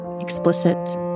Explicit